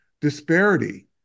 disparity